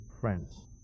friends